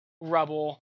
rubble